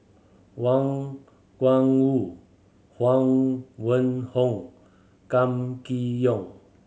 Wang Gungwu Huang Wenhong Kam Kee Yong